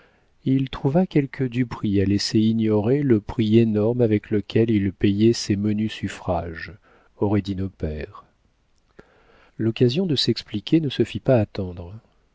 il trouva quelque duperie à laisser ignorer le prix énorme avec lequel il payait ces menus suffrages auraient dit nos pères l'occasion de s'expliquer ne se fit pas attendre